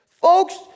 Folks